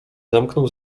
zamknął